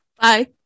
Bye